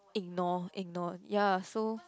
ignore ignore ya so